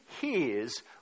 hears